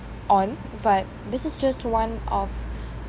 on but this is just one of